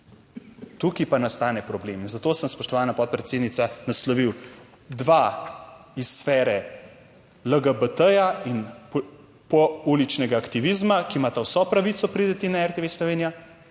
Tukaj pa nastane problem in zato sem, spoštovana podpredsednica, naslovil dva iz sfere LGBT in pouličnega aktivizma, ki imata vso pravico priti na RTV Slovenija